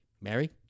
Mary